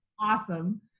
Awesome